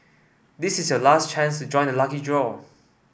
this is your last chance to join the lucky draw